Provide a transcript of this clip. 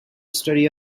study